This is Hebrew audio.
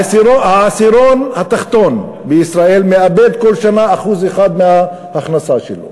העשירון התחתון במדינת ישראל מאבד כל שנה 1% מההכנסה שלו,